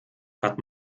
hat